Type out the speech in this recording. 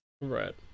Right